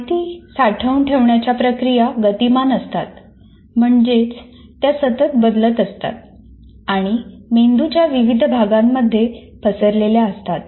माहिती साठवून ठेवण्याच्या प्रक्रिया गतिमान असतात म्हणजेच त्या सतत बदलत असतात आणि मेंदूच्या विविध भागांमध्ये पसरलेल्या असतात